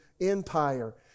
Empire